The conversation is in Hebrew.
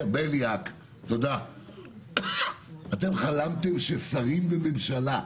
אתם חלמתם ששרים בממשלה,